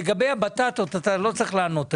לגבי הבטטות אתה לא צריך לענות היום,